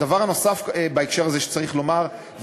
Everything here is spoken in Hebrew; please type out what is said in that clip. הדבר הנוסף בהקשר הזה שצריך לומר,